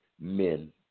men